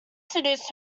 seduce